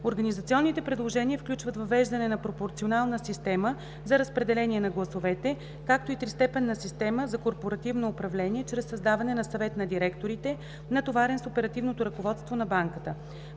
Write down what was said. Организационните предложения включват въвеждане на пропорционална система за разпределение на гласовете, както и тристепенна система за корпоративно управление чрез създаване на Съвет на директорите, натоварен с оперативното ръководство на Банката.